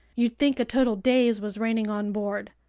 you'd think a total daze was reigning on board.